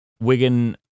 Wigan